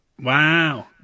Wow